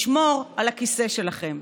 לשמור על הכיסא שלכם.